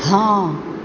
हँ